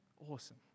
Awesome